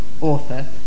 author